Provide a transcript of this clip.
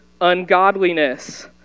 ungodliness